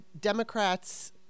Democrats